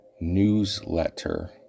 newsletter